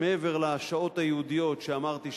מעבר לשעות הייעודיות שאמרתי,